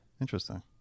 interesting